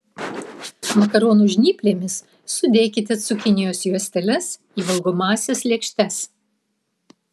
makaronų žnyplėmis sudėkite cukinijos juosteles į valgomąsias lėkštes